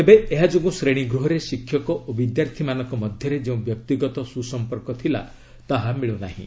ତେବେ ଏହା ଯୋଗୁଁ ଶ୍ରେଣୀଗୃହରେ ଶିକ୍ଷକ ଓ ବିଦ୍ୟାର୍ଥୀମାନଙ୍କ ମଧ୍ୟରେ ଯେଉଁ ବ୍ୟକ୍ତିଗତ ସୁସମ୍ପର୍କ ଥିଲା ତାହା ମିଳୁନାହିଁ